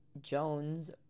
Jones